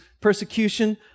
persecution